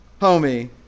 homie